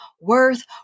worth